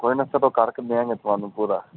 ਕੋਈ ਨਾ ਸਰ ਉਹ ਕਰਕੇ ਦੇਵਾਂਗਾ ਤੁਹਾਨੂੰ ਪੂਰਾ